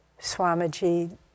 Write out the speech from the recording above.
Swamiji